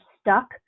stuck